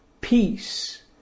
peace